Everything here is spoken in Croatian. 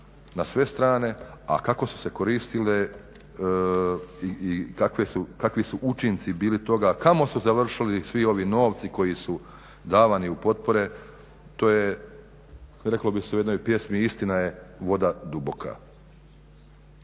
na sve strane, a kako su se koristile i kakvi su učinci bili toga, kamo su završili svi ovi novci koji su davani u potpore, to je reklo bi se u jednoj pjesmi, istina je voda duboka.